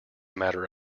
matter